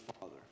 Father